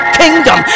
kingdom